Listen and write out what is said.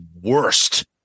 worst